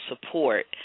support